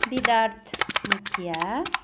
बिदार्थ मुखिया